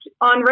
on